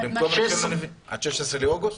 עד 16 באוגוסט?